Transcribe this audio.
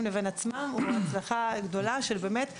לבין עצמם הוא הצלחה גדולה של כל השותפים.